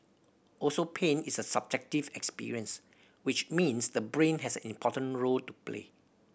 also pain is a subjective experience which means the brain has an important role to play